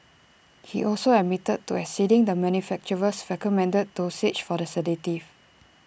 he also admitted to exceeding the manufacturer's recommended dosage for the sedative